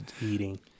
eating